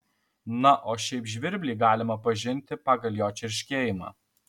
na o šiaip žvirblį galima pažinti pagal jo čirškėjimą